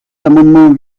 amendement